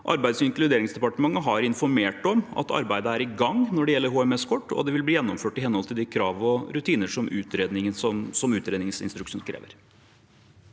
Arbeids- og inkluderingsdepartementet har informert om at arbeidet er i gang når det gjelder HMS-kort, og det vil bli gjennomført i henhold til de krav og rutiner som utredningsinstruksen krever.